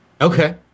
Okay